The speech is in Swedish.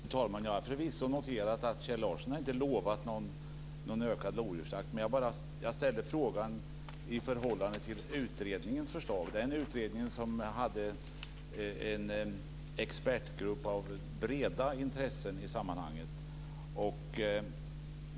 Fru talman! Nej, jag har förvisso noterat att Kjell Larsson inte har lovat någon ökad lodjursjakt. Jag ställer frågan i förhållande till utredningens förslag. Den utredningen hade en expertgrupp av breda intressen i sammanhanget.